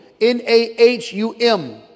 N-A-H-U-M